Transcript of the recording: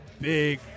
Big